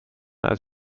als